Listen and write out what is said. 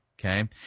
Okay